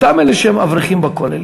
אותם אלה שהם אברכים בכולל,